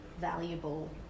valuable